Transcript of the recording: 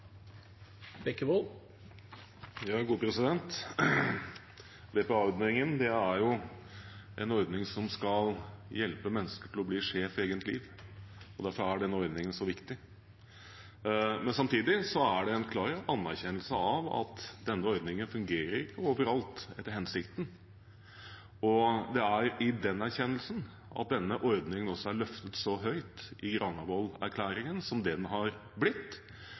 er en ordning som skal hjelpe mennesker til å bli sjef i eget liv, og derfor er denne ordningen så viktig. Men samtidig er det en klar anerkjennelse av at denne ordningen fungerer ikke overalt etter hensikten, og det er i den erkjennelsen at denne ordningen også er løftet så høyt i Granavolden-erklæringen som det den har blitt.